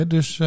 Dus